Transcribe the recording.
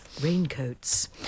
raincoats